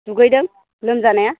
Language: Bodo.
दुगैदों लोमजानाया